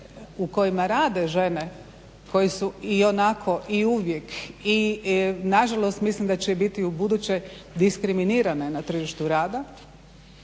u kojima rade žene koje su ionako i uvijek i nažalost mislim da će biti i ubuduće diskriminirane na tržištu rada,